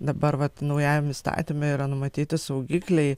dabar vat naujajam įstatyme yra numatyti saugikliai